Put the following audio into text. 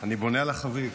אני בונה על החביב.